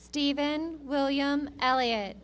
steven william elliot